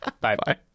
Bye-bye